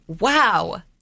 wow